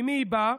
ממי היא באה?